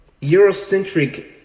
Eurocentric